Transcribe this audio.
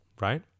right